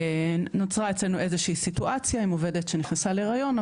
נוצרה אצלנו איזה שהיא סיטואציה עם עובדת שנכנסה להריון.